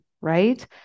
right